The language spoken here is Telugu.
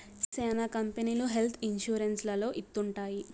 శ్యానా కంపెనీలు హెల్త్ ఇన్సూరెన్స్ లలో ఇత్తూ ఉంటాయి